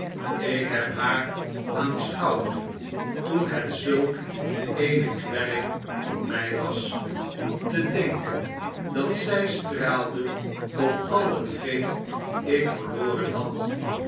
ik heb haar aanschouwd toen het zulk eene kwelling voor mjj was te denken dat zjj straalde op al hetgeen ik verloren had